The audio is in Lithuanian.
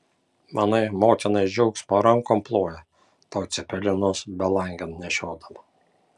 manai motina iš džiaugsmo rankom ploja tau cepelinus belangėn nešiodama